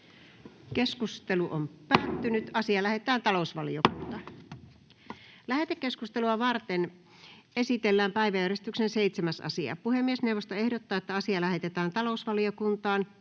119 §:n muuttamisesta Time: N/A Content: Lähetekeskustelua varten esitellään päiväjärjestyksen 8. asia. Puhemiesneuvosto ehdottaa, että asia lähetetään talousvaliokuntaan.